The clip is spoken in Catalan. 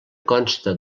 consta